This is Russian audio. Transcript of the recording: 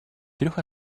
трех